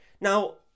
Now